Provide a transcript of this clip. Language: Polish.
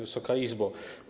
Wysoka Izbo!